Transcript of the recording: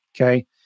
okay